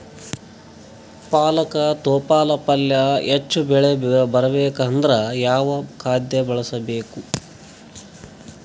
ಪಾಲಕ ತೊಪಲ ಪಲ್ಯ ಹೆಚ್ಚ ಬೆಳಿ ಬರಬೇಕು ಅಂದರ ಯಾವ ಖಾದ್ಯ ಬಳಸಬೇಕು?